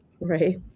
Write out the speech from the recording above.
Right